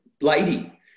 lady